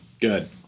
good